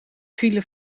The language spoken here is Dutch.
file